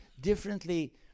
differently